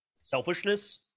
selfishness